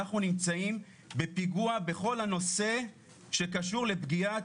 אנחנו נמצאים בפיגוע בכל הנושא שקשור לפגיעה